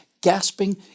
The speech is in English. gasping